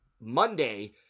Monday